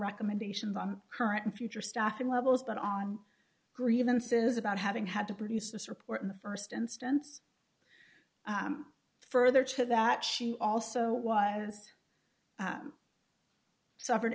recommendations on current and future staffing levels but on grievances about having had to produce this report in the st instance further to that she also was suffered